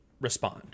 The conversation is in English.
respond